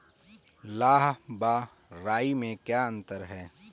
लाह व राई में क्या अंतर है?